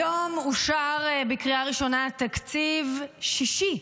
היום אושר בקריאה ראשונה תקציב שישי,